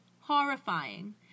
horrifying